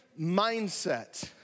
mindset